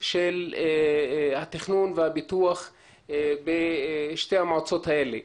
של התכנון והפיתוח בשתי המועצות האלה.